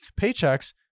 paychecks